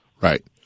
Right